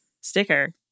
sticker